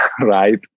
right